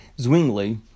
Zwingli